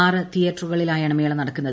ആറ് തിയേറ്ററുകളിലായാണ് മേള നടക്കുന്നത്